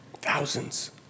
Thousands